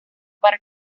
para